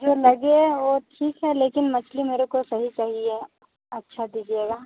जो लगे वो ठीक है लेकिन मछली मेरे को सही चाहिए अच्छा दीजिएगा